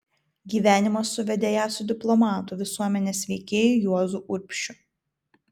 gyvenimas suvedė ją su diplomatu visuomenės veikėju juozu urbšiu